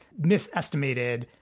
misestimated